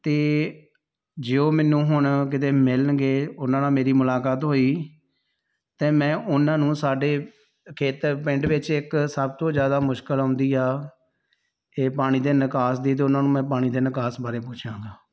ਅਤੇ ਜੇ ਉਹ ਮੈਨੂੰ ਹੁਣ ਕਿਤੇ ਮਿਲਣਗੇ ਉਹਨਾਂ ਨਾਲ ਮੇਰੀ ਮੁਲਾਕਾਤ ਹੋਈ ਅਤੇ ਮੈਂ ਉਹਨਾਂ ਨੂੰ ਸਾਡੇ ਖੇਤਰ ਪਿੰਡ ਵਿੱਚ ਇੱਕ ਸਭ ਤੋਂ ਜ਼ਿਆਦਾ ਮੁਸ਼ਕਿਲ ਆਉਂਦੀ ਆ ਇਹ ਪਾਣੀ ਦੇ ਨਿਕਾਸ ਦੀ ਅਤੇ ਉਹਨਾਂ ਨੂੰ ਮੈਂ ਪਾਣੀ ਦੇ ਨਿਕਾਸ ਬਾਰੇ ਪੁੱਛਾਂਗਾ